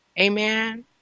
Amen